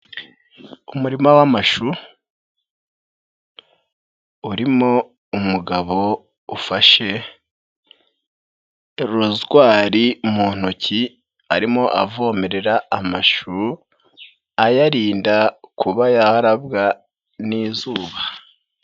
Umurima w'amashu urimo umugabo ufashe rozwari mu ntoki arimo avomerera amashu ayarinda kuba yarabwa n'izuba.